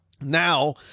Now